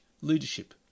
leadership